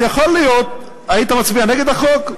היית מצביע נגד החוק?